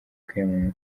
kwiyamamaza